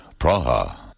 Praha